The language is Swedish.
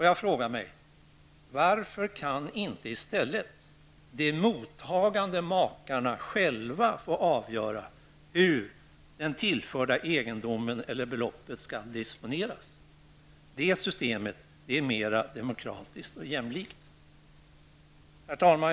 Jag frågar: Varför kan inte i stället de mottagande makarna själva få avgöra hur den tillförda egendomen eller det tillförda beloppet skall disponeras? Ett sådant system vore mera demokratiskt och jämlikt. Herr talman!